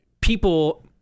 people